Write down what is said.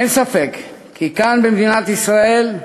אין ספק כי כאן, במדינת ישראל,